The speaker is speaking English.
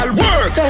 work